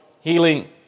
healing